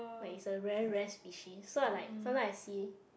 like it's a very rare species so I like sometimes I see